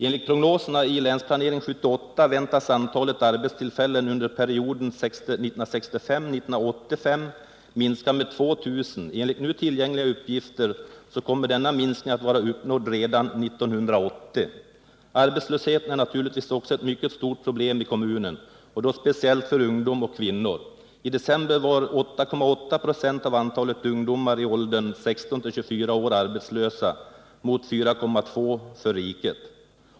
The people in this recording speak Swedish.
Enligt prognoserna i Länsplanering 78 väntades antalet arbetstillfällen under perioden 1965-1985 minska med 2 000. Enligt nu tillgängliga uppgifter kommer denna minskning att vara uppnådd redan 1980. Arbetslösheten är naturligtvis också ett mycket stort problem i kommunen, speciellt för ungdom och kvinnor. I december var 8,8 96 av antalet ungdomar i åldern 18-24 år arbetslösa mot 4,2 96 för riket.